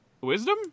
Wisdom